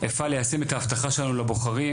אפעל ליישם את ההבטחה שלנו לבוחרים,